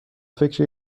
فکر